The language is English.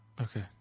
Okay